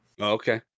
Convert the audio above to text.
Okay